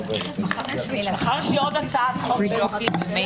ננעלה בשעה 13:18.